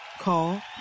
Call